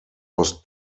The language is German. aus